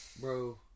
bro